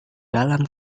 dalam